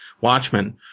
Watchmen